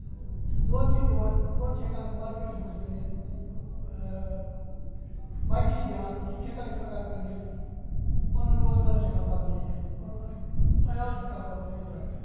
دۄد چھِ دِوان دۄد چھِ ہیٚکان مارکیٹَس مَنٛز کٕنِتھ بَچہ چھِ دِوان سُہ چھِ ہیٚکان أسۍ پَگَہہ کٕنِتھ پَنُن روزگار چھِ ہیٚکان پَکنٲیِتھ پَنُن اَ اَیال چھِ ہیٚکان پَکنٲیِتھ اَتھ پیٚٹھ